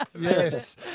yes